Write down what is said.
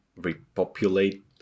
repopulate